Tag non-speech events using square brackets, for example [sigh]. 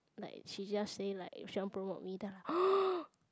like she just say like she want promote me then I'm like [noise]